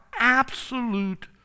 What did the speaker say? absolute